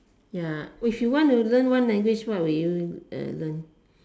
ya if you want to learn one language what would you learn